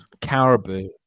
caribou